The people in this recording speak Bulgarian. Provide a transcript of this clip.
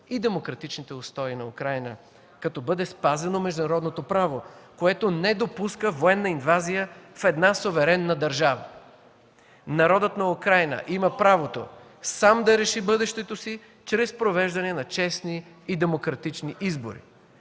и демократичните устои на Украйна, като бъде спазено международното право, което не допуска военна инвазия в една суверена държава. Народът на Украйна има правото сам да реши бъдещето си чрез провеждане на честни и демократични избори.